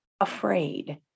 afraid